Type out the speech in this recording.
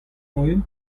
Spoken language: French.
moyenne